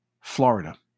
Florida